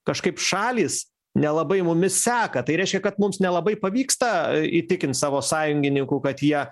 kažkaip šalys nelabai mumis seka tai reiškia kad mums nelabai pavyksta įtikint savo sąjungininkų kad jie